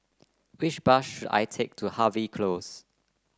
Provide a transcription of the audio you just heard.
which bus should I take to Harvey Close